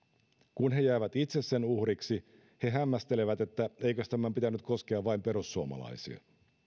kun he jäävät itse sen uhriksi he hämmästelevät että eikös tämän pitänyt koskea vain perussuomalaisia